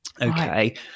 Okay